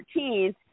14th